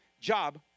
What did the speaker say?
job